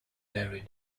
very